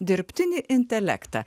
dirbtinį intelektą